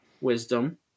wisdom